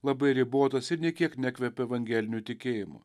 labai ribotas ir nė kiek nekvepia evangeliniu tikėjimu